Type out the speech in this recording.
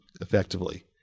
effectively